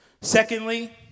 Secondly